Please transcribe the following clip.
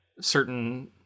certain